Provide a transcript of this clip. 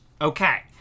Okay